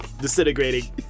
disintegrating